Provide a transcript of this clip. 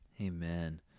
Amen